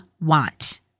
want